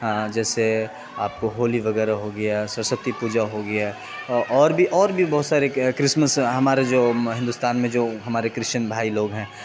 جیسے آپ کو ہولی وغیرہ ہو گیا سستی پوجا ہو گیا اور بھی اور بھی بہت سارے کرسمس ہمارے جو ہندوستان میں جو ہمارے کرشچن بھائی لوگ ہیں